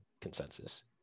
consensus